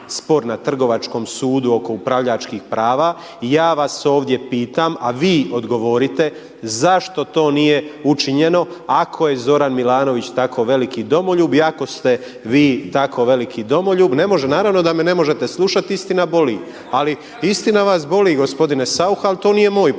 spor na Trgovačkom sudu oko upravljačkih prava i ja vas ovdje pitam a vi odgovorite zašto to nije učinjeno ako je Zoran Milanović tako veliki domoljub i ako ste vi tako veliki domoljub. Ne može, naravno da me ne možete slušati, istina boli. Ali istina vas boli gospodine Saucha ali to nije moj problem,